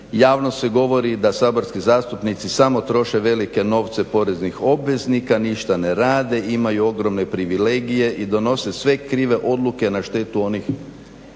Javno se govori da saborski zastupnici samo troše velike novce poreznih obveznika, ništa ne rade, imaju ogromne privilegije i donose sve krive odluke na štetu onih